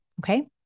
Okay